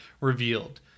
revealed